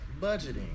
Budgeting